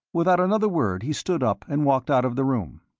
without another word he stood up and walked out of the room.